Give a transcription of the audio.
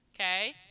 Okay